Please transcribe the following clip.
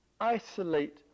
isolate